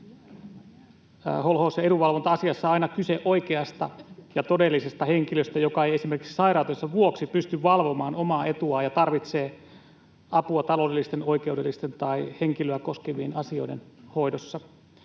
ja edunvalvonta-asiassa on aina kyse oikeasta ja todellisesta henkilöstä, joka esimerkiksi sairautensa vuoksi ei pysty valvomaan omaa etuaan ja tarvitsee apua taloudellisten, oikeudellisten tai henkilöä koskevien asioiden hoidossa.